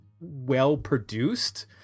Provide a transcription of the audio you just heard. well-produced